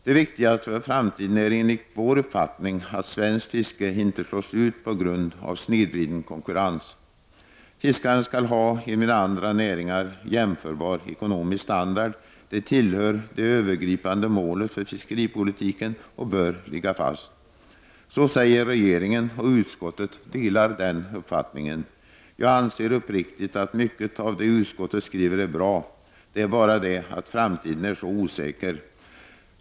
Det viktigaste för framtiden är enligt vår uppfattning att svenskt fiske inte slås ut på grund av snedvriden konkurrens. Fiskaren skall ha en med andra näringar jämförbar ekonomisk standard. Det ingår i det övergripande målet för fiskeripolitiken, som bör ligga fast. Så säger regeringen, och utskottet delar den uppfattningen. Jag anser uppriktigt att mycket av det som utskottet skriver är bra. Det är bara det att framtiden är så osäker.